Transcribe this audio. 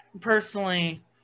personally